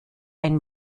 ein